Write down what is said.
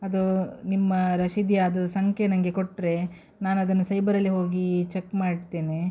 ಅದು ನಿಮ್ಮ ರಶೀತಿಯದು ಸಂಖ್ಯೆ ನನಗೆ ಕೊಟ್ಟರೆ ನಾನು ಅದನ್ನು ಸೈಬರಲ್ಲಿ ಹೋಗಿ ಚೆಕ್ ಮಾಡ್ತೇನೆ